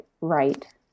right